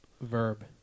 Verb